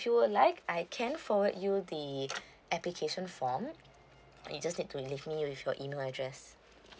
you'll like I can forward you the application form you just need to leave me with your email address